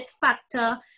factor